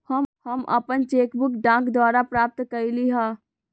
हम अपन cheque book डाक द्वारा प्राप्त कईली ह